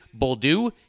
Boldu